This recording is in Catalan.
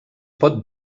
pot